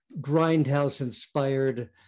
grindhouse-inspired